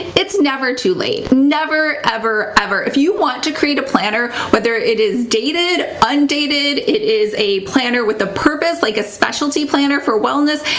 it's never too late, never, ever, ever. if you want to create a planner, whether it is dated, undated, it is a planner with a purpose, like a specialty planner for wellness,